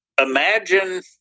imagine